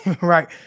right